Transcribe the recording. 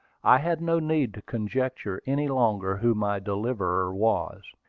i had no need to conjecture any longer who my deliverer was.